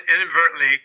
inadvertently